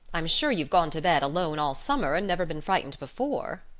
i'm sure you've gone to bed alone all summer and never been frightened before.